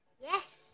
Yes